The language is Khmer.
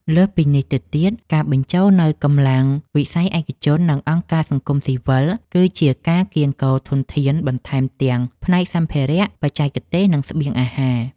ការងារនេះតម្រូវឱ្យមានការសហការយ៉ាងជិតស្និទ្ធជាមួយកងយោធពលខេមរភូមិន្ទ និងកងកម្លាំងនគរបាលជាតិ ដែលជាកម្លាំងអន្តរាគមន៍ជួរមុខក្នុងការរុករក និងសង្គ្រោះជីវិតមនុស្ស។